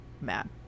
mad